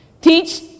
Teach